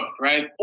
right